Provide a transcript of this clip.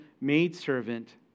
maidservant